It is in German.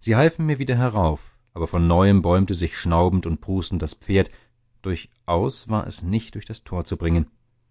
sie halfen mir wieder herauf aber von neuem bäumte sich schnaubend und prustend das pferd durchaus war es nicht durch das tor zu bringen